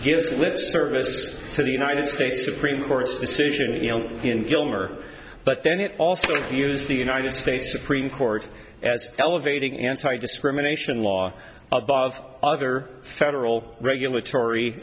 gives lip service to the united states supreme court's decision in gilmer but then it also used the united states supreme court as elevating anti discrimination law above all other federal regulatory